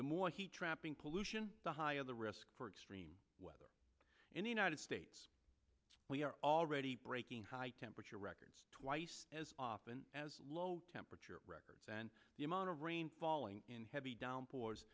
the more heat trapping pollution the high of the risk for exclaim whether in the united states we are already breaking high temperature records twice as often as low temperature records and the amount of rain falling in heavy downpours